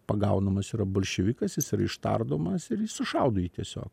pagaunamas yra bolševikas jis yra ištardomas ir sušaudo jį tiesiog